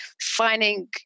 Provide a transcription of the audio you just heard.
finding